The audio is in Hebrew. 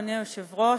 אדוני היושב-ראש,